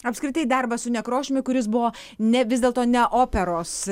apskritai darbas su nekrošiumi kuris buvo ne vis dėlto ne operos